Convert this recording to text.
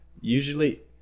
Usually